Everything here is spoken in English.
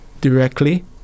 directly